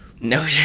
No